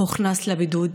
שהוכנס לבידוד,